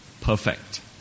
perfect